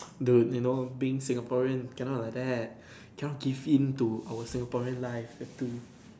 dude you know being Singaporean cannot like that cannot give him to our Singaporean life have to